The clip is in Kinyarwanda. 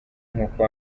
nk’uko